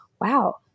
wow